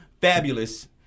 fabulous